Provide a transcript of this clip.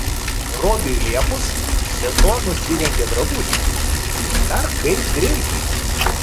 robiui liepus sesuo nusirengė drabužius ir dar kaip greitai